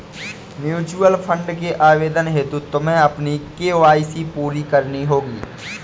mutual fund के आवेदन हेतु तुम्हें अपनी के.वाई.सी पूरी करनी होगी